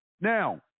Now